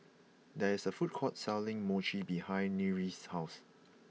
there is a food court selling Mochi behind Nyree's house